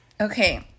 Okay